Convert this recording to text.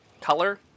color